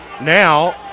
Now